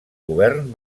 govern